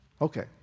Okay